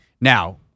Now